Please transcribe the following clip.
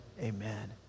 amen